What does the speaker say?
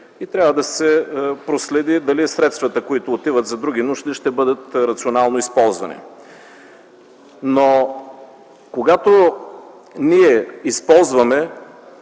Трябва да се проследи дали средствата, които отиват за други нужди ще бъдат рационално използвани. Когато ние използваме